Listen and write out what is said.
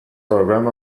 program